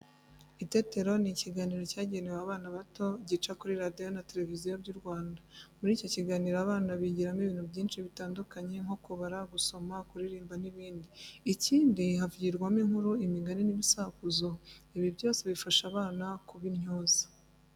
Itetero ni ikiganiro cyagenewe abana bato, gica kuri Radiyo na Televiziyo by'u Rwanda. Muri icyo kiganiro abana bigiramo ibintu byinshi bitandukanye nko kubara, gusoma, kuririmba n'ibindi. Ikindi, havugirwamo inkuru, imigani n'ibisakuzo, ibi byose bifasha abana kuba intyoza.